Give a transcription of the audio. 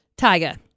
Tyga